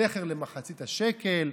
זכר למחצית השקל,